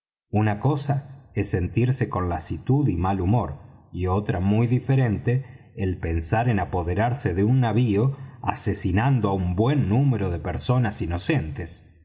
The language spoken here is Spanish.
una cosa es sentirse con lasitud y mal humor y otra muy diferente el pensar en apoderarse de un navío asesinando á un buen número de personas inocentes